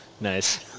Nice